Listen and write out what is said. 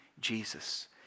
Jesus